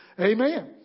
Amen